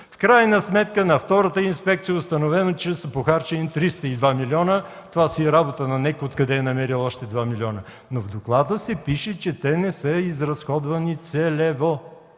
В крайна сметка на втората инспекция е установено, че са похарчени 302 милиона, това си е работа на НЕК, откъде е намерила още 2 милиона, но в доклада се пише, че те не са изразходвани целево.